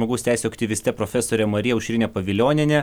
žmogaus teisių aktyviste profesore marija aušrine pavilioniene